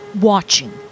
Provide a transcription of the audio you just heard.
watching